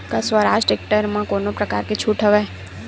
का स्वराज टेक्टर म कोनो प्रकार के छूट हवय?